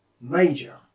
major